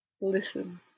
Listen